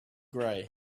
gray